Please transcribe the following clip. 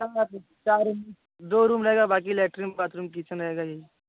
दो रूम रहेगा बाक़ी लेट्रिन बाथरूम किचन रहेगा यही